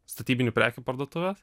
statybinių prekių parduotuvės